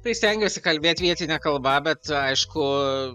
tai stengiuosi kalbėt vietine kalba bet aišku